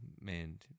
Man